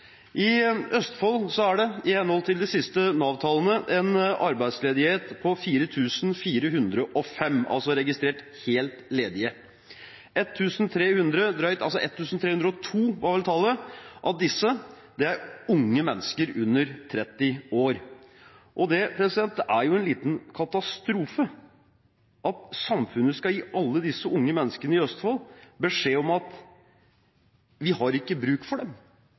I Østfold er det i henhold til de siste Nav-tallene en registrert arbeidsledighet på 4 405 helt ledige. 1 302 av disse er unge mennesker under 30 år. Det er en liten katastrofe at samfunnet skal gi alle disse unge menneskene i Østfold beskjed om at vi ikke har bruk for dem.